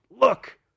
Look